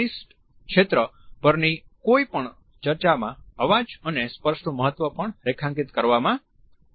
ઘનિષ્ઠ ક્ષેત્ર પરની કોઈપણ ચર્ચામાં અવાજ અને સ્પર્શનું મહત્વ પણ રેખાંકિત કરવામાં આવે છે